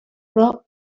però